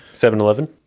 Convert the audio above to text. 7-Eleven